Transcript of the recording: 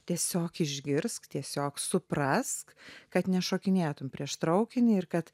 tiesiog išgirsk tiesiog suprask kad nešokinėtum prieš traukinį ir kad